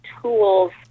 tools